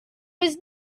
was